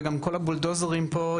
וגם כל הבולדוזרים פה,